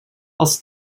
els